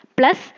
plus